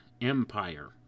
Empire